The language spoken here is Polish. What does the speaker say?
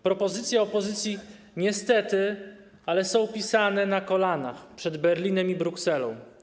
Propozycje opozycji niestety są pisane na kolanach przed Berlinem i Brukselą.